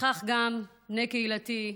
וכך גם בני קהילתי,